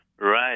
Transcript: Right